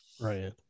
Right